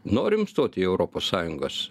norim stot į europos sąjungos